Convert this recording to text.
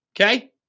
okay